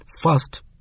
First